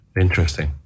Interesting